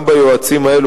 גם ביועצים האלה,